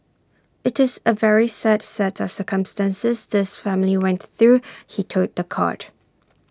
IT is A very sad set of circumstances this family went through he told The Court